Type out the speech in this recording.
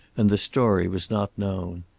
and the story was not known.